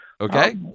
Okay